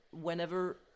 whenever